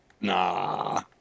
Nah